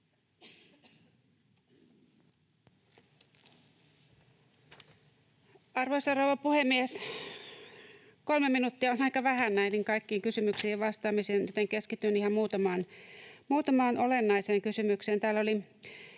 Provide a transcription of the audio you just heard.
Arvoisa rouva puhemies! Kolme minuuttia on aika vähän näihin kaikkiin kysymyksiin vastaamiseen, joten keskityn ihan muutamaan olennaiseen kysymykseen.